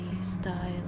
style